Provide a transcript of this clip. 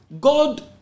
God